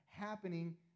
Happening